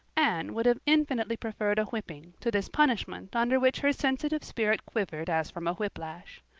anne would have infinitely preferred a whipping to this punishment under which her sensitive spirit quivered as from a whiplash.